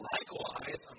Likewise